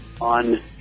on